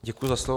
Děkuji za slovo.